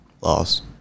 Loss